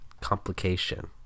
complication